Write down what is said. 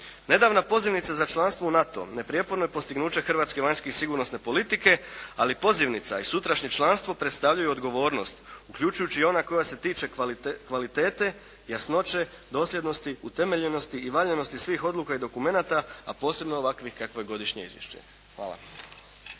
Nedavna pozivnica za članstvo u NATO neprijeporno je postignuće hrvatske vanjske i sigurnosne politike, ali pozivnica i sutrašnje članstvo predstavljaju odgovornost uključujući i ona koja se tiče kvalitete, jasnoće, dosljednosti, utemeljenosti i valjanosti svih odluka i dokumenata, a posebno ovakvih kakvo je godišnje izvješće. Hvala.